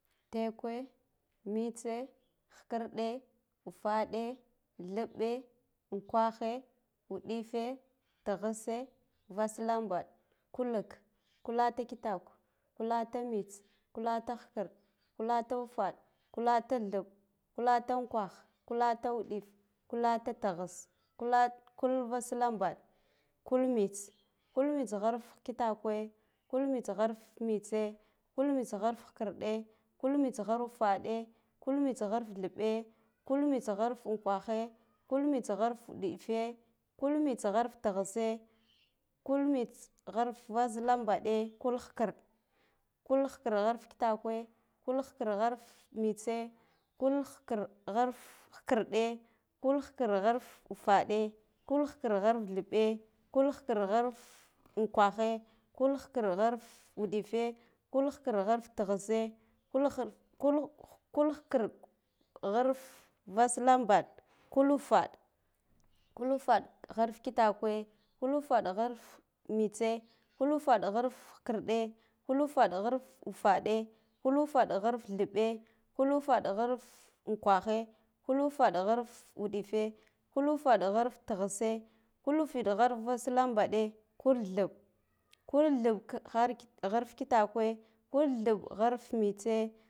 Tekwe, mtse, khikirɗe, wufade, thebbe, wukwaghe, wuɗife, tighise, vaslambaɗ, kullik, kulatakitak, kulatamts, kulatahi kir, kulatawufad, kulata theɓɓ, kulataukwah, kulatawudif, kulatatighis, kulakulatava slambaɗ, kuumts, kulmtsgharfkitakwe, kulmtsgharfmtse, kulmtsgharfhikirde, kultmts gharfudade, kulmtsgharf theɓɓe, kulmtsgharf unkwaghe, kulmtsgbarf wudife, kwimtsgharftighisse, kaumtsgharf vaslambade, kulkhiri, kulkhikirghir fkitakwe kulkhikirgharf mitse, kulkhikirgharf khikirde, kulkhikirgharfufade, kulkhikirf theɓɓe, kulkhikirgharfukwahe, kulkhikirgharuɗife, kulkhikirgharftighisse, kulkhikirgharfvaslambaɗe, kulufaɗ, kulufaɗgharfkitakwe, kulufadgharfmitse, kulufaɗgharfkhikirɗe, kulufaɗgharfufade, kulufaɗghaftheɓɓ, kulufaɗgharfunkwage, kulufaɗgharfuɗife, kulufaɗgharftighise, kulufaɗgharvaslambaɗe, kultheɓɓ, kultheɓɓgharfkitakwe, kultheɓgharfmitse